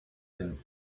and